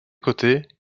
côtés